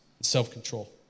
self-control